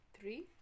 Three